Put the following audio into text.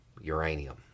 Uranium